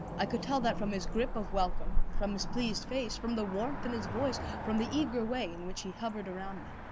i could tell that from his grip of welcome, from his pleased face, from the warmth in his voice, from the eager way in which he hovered around me.